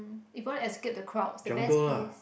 if want escape the crowd the best place